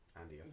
Andy